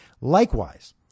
Likewise